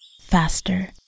faster